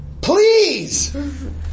Please